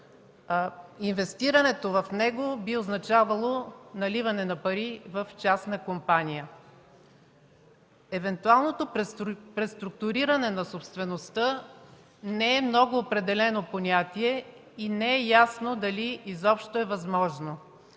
Инвестирането в него би означавало наливане на пари в частна компания. Евентуалното преструктуриране на собствеността не е много определено понятие и не е ясно дали изобщо е възможно,